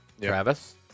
Travis